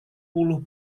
puluh